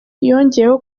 yongeyeho